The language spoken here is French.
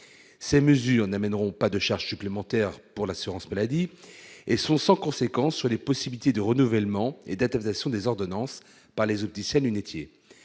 ces mesures n'amèneront pas de charges supplémentaires pour l'assurance maladie et sont sans conséquence sur les possibilités de renouvellement et d'atomisation des ordonnances par les auditionner